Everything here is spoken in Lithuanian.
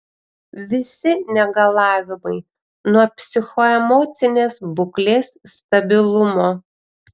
visi negalavimai nuo psichoemocinės būklės stabilumo